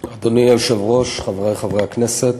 1. אדוני היושב-ראש, חברי חברי הכנסת,